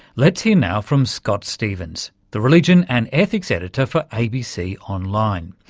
let's hear now from scott stephens the religion and ethics editor for abc online.